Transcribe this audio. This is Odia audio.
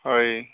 ହଇ